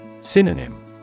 Synonym